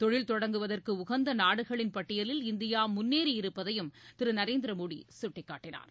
தொழில் தொடங்குவதற்கு உகந்த நாடுகளின் பட்டியலில் இந்தியா முன்னேறி இருப்பதையும் திரு நரேந்திர மோடி சுட்டிக்காட்டினார்